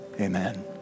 Amen